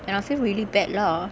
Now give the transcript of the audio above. and I feel really bad lah